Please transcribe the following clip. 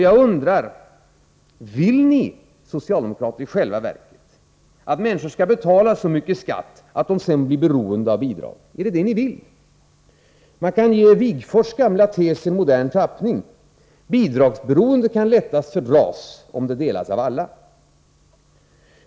Jag undrar: Vill ni socialdemokrater i själva verket att människor skall betala så mycket skatt att de sedan blir beroende av bidrag? Man kan ge Wigforss gamla tes en modern tappning: Bidragsberoende kan lättast fördras om det delas av alla.